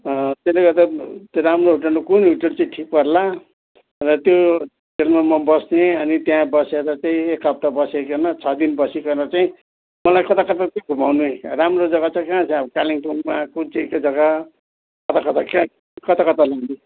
त्यसले गर्दा राम्रो होटेलमा कुन होटेल चाहिँ ठिक पर्ला र त्यो होटेलमा म बस्ने अनि त्यहाँ बसेर चाहिँ एक हप्ता बसीकन छ दिन बसीकन चाहिँ मलाई कता कता चाहिँ घुमाउने राम्रो जगा चाहिँ कहाँ छ जाऊँ कालेबुङमा कुन चाहिँ चाहिँ जगा कता कता कहाँ कता कता